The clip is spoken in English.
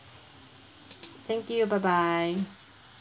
thank you bye bye